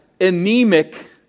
anemic